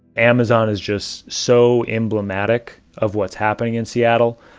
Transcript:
amazon is just so emblematic of what's happening in seattle,